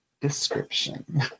description